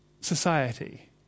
society